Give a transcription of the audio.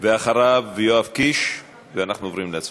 אחריו, יואב קיש, ואנחנו עוברים להצבעה.